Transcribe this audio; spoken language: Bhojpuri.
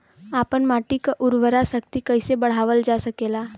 आपन माटी क उर्वरा शक्ति कइसे बढ़ावल जा सकेला?